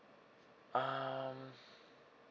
um